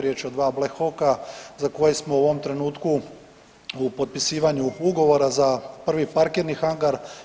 Riječ je o dva Black Hawka za koje smo u ovom trenutku u potpisivanju ugovora za prvi parkirni hangar.